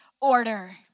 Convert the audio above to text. order